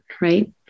Right